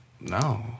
no